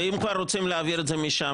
ואם כבר רוצים להעביר את זה משם,